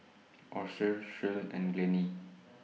Austin Shirl and Glennie